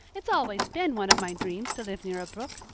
it's always been one of my dreams to live near a brook.